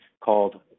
called